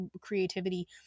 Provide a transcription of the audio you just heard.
creativity